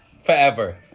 forever